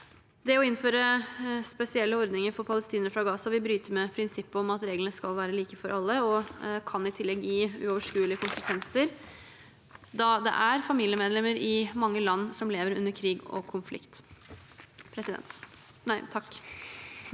Det å innføre spesielle ordninger for palestinere fra Gaza vil bryte med prinsippet om at reglene skal være like for alle, og kan i tillegg gi uoverskuelige konsekvenser da det er familiemedlemmer i mange land som lever under krig og konflikt.